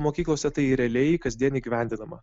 mokyklose tai realiai kasdien įgyvendinama